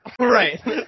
Right